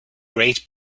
great